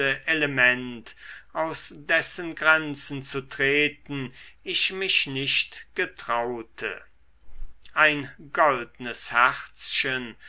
element aus dessen grenzen zu treten ich mich nicht getraute ein goldnes herzchen